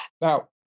Now